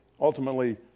ultimately